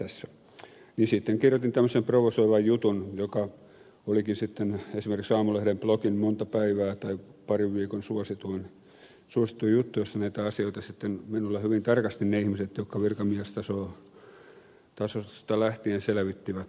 sitten kirjoitin tämmöisen provosoivan jutun joka olikin sitten monta päivää tai parin viikon ajan esimerkiksi aamulehden blogin suosituin juttu jossa näitä asioita sitten minulle hyvin tarkasti ne ihmiset virkamiestasosta lähtien selvittivät